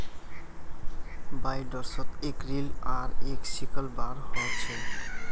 बाइंडर्सत एक रील आर एक सिकल बार ह छे